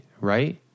right